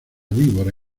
víbora